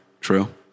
True